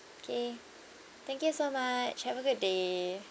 K thank you so much have a good day